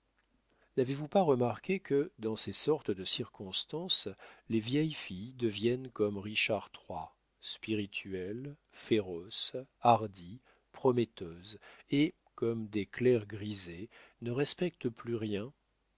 n'avez-vous pas remarqué que dans ces sortes de circonstances les vieilles filles deviennent comme richard iii spirituelles féroces hardies prometteuses et comme des clercs grisés ne respectent plus rien